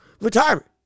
retirement